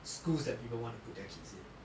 schools that people want to put their kids in